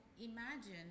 imagine